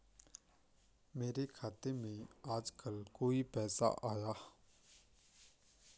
मेरे खाते में आजकल कोई पैसा आया?